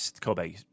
Kobe